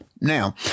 Now